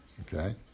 okay